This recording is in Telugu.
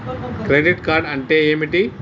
క్రెడిట్ కార్డ్ అంటే ఏమిటి?